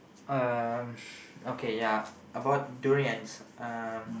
um okay ya about durians um